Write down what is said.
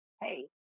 hey